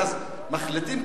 ואז מחליטים,